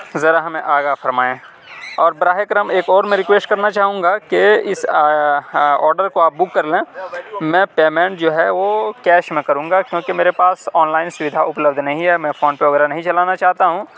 ذرا ہمیں آگاہ فرمائیں اور براہ کرم ایک اور میں ریکوسٹ کرنا چاہوں گا کہ اس آڈر کو آپ بک کر لیں میں پیمنٹ جو ہے وہ کیش میں کروں گا کیوں کہ میرے پاس آن لائن سویدھا اپلبدھ نہیں ہے میں فون پے وغیرہ نہیں چلانا چاہتا ہوں